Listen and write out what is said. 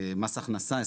מס הכנסה,